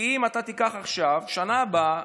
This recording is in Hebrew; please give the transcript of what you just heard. כי אם תיקח עכשיו, בשנה הבאה